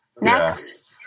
Next